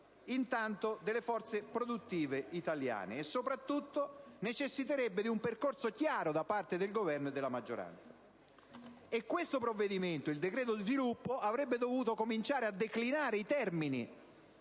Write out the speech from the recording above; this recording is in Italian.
intanto delle forze produttive italiane, e soprattutto necessiterebbe di un percorso chiaro da parte del Governo e della maggioranza. Il cosiddetto decreto sviluppo avrebbe dovuto cominciare a declinare i termini